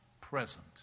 present